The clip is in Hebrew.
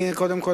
קודם כול,